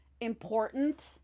important